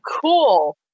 Cool